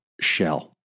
shell